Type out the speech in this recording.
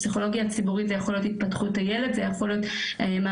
הפסיכולוגיה הציבורית זה יכול להיות התפתחות הילד,